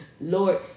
Lord